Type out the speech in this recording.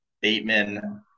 Bateman